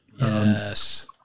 yes